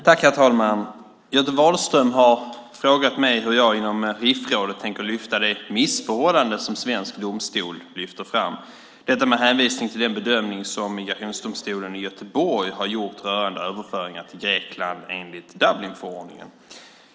Herr talman! Göte Wahlström har frågat mig hur jag inom RIF-rådet tänker lyfta fram det missförhållande som svensk domstol lyfter fram, detta med hänvisning till den bedömning som Migrationsdomstolen i Göteborg har gjort rörande överföringar till Grekland enligt Dublinförordningen.